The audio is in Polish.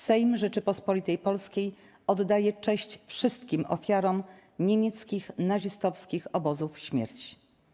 Sejm Rzeczypospolitej Polskiej oddaje cześć wszystkim ofiarom niemieckich nazistowskich obozów śmierci”